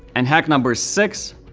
and hack number six,